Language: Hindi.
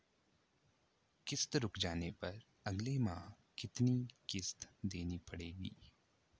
किश्त रुक जाने पर अगले माह कितनी किश्त देनी पड़ेगी?